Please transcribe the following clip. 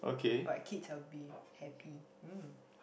but kids I'll be happy mm